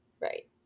Right